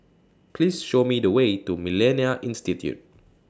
Please Show Me The Way to Millennia Institute